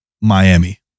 Miami